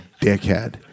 dickhead